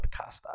podcaster